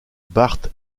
bart